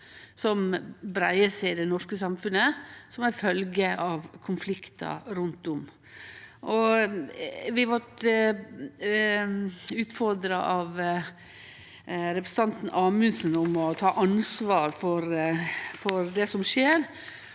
breier seg i det norske samfunnet som ei følgje av konfliktar rundt om. Vi blei utfordra av representanten Amundsen til å ta ansvar for det som skjer